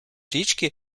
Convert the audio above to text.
річки